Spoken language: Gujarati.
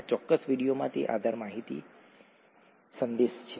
આ ચોક્કસ વિડિઓમાં તે આધાર માહિતી આધાર સંદેશ છે